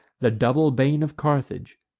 the double bane of carthage?